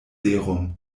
serum